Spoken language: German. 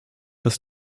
dass